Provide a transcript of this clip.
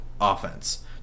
offense